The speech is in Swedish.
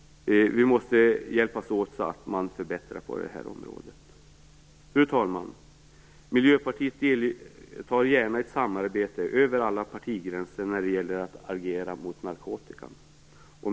Vi måste hjälpas åt för att bli bättre på det här området. Fru talman! Miljöpartiet deltar gärna i ett samarbete över alla partigränser när det gäller att agera mot narkotikan.